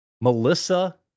Melissa